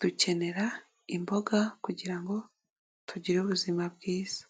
Dukenera imboga kugira ngo tugire ubuzima bwiza,